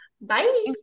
Bye